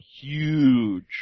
huge